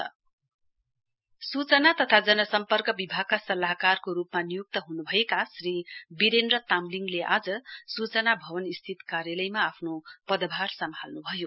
बिरेन्द्र तामलिङ सूचना तथा जनसम्पर्क विभागका सल्लाहकारको रूपमा निय्क्त हन्भएका श्री बीरेन्द्र तामलिङले आज सूचना भवन स्थित कार्यालयमा आफ्नो पदभार सम्हाल्न् भयो